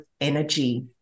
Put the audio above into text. energy